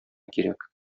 кирәк